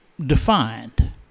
defined